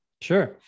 Sure